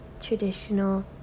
traditional